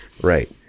Right